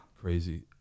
Crazy